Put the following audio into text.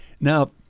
now